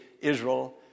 Israel